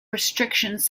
restrictions